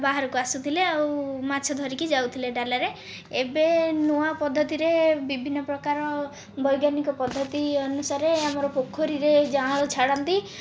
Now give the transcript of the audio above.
ବାହାରକୁ ଆସୁଥିଲେ ଆଉ ମାଛ ଧରିକି ଯାଉଥିଲେ ଡାଲାରେ ଏବେ ନୂଆ ପଦ୍ଧତିରେ ବିଭିନ୍ନ ପ୍ରକାର ବୈଜ୍ଞାନିକ ପଦ୍ଧତି ଅନୁସାରେ ଆମର ପୋଖରୀରେ ଜାଆଁଳ ଛାଡ଼ନ୍ତି